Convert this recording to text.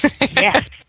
Yes